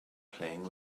playing